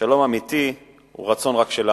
שלום אמיתי הוא רצון רק שלנו.